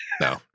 No